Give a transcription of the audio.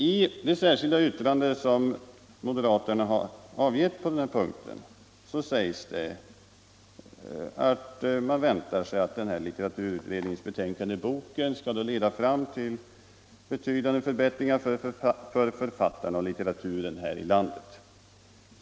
I det särskilda yttrande som moderaterna har avgivit på den här punkten säger de, att de förväntar sig att litteraturutredningens betänkande Boken skall leda till förslag som innebär förbättringar för författarna och litteraturen här i landet.